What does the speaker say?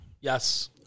Yes